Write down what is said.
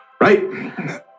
right